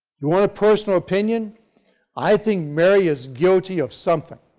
you want a personal opinion i think mary is guilty of something.